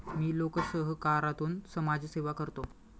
मी लोकसहकारातून समाजसेवा करतो